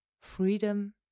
Freedom